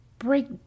break